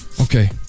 Okay